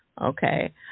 Okay